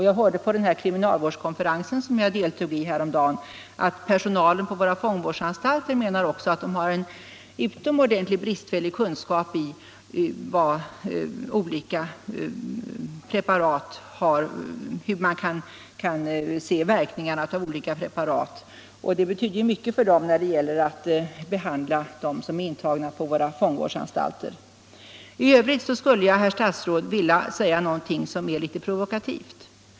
Jag hörde på den kriminalvårdskonferens som jag deltog i häromdagen att även personalen på våra fångvårdsanstalter anser att de har en utomordentligt bristfällig kunskap om hur man kan se verkningarna av olika preparat. Det betyder mycket för dem när det gäller att behandla de intagna på våra fångvårdsanstalter att ha sådana kunskaper. I övrigt skulle jag, herr statsråd, vilja säga något som är litet provokativt.